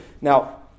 Now